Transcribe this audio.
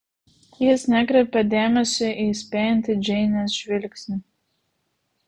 jis nekreipia dėmesio į įspėjantį džeinės žvilgsnį